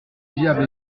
diable